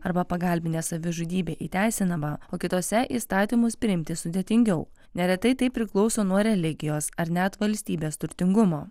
arba pagalbinė savižudybė įteisinama o kitose įstatymus priimti sudėtingiau neretai tai priklauso nuo religijos ar net valstybės turtingumo